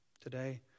today